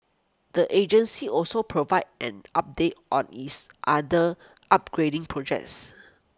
the agency also provided an update on its other upgrading projects